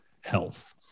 health